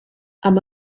amb